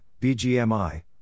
BGMI